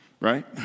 right